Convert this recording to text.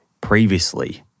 previously